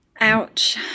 Ouch